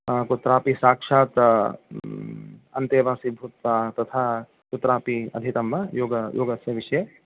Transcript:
कुत्रापि साक्षात् अन्तेवासी भूत्वा तथा कुत्रापि अधीतं वा योग योगस्य विषये